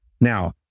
Now